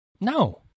No